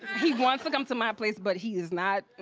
he wants to come to my place but he's not.